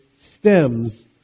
stems